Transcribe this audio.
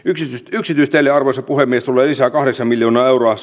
yksityisteille arvoisa puhemies tulee lisää kahdeksan miljoonaa euroa